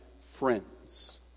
friends